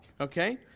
Okay